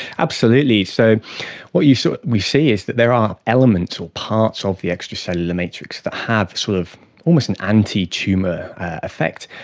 absolutely. so what so we see is that there are elements or parts of the extracellular matrix that have sort of almost an anti-tumour effect.